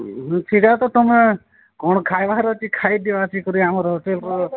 ସେଇଟା ତ ତୁମେ କ'ଣ ଖାଇବାର ଅଛି ଖାଇଦିଅ ଆସିକରି ଆମର ହୋଟେଲ୍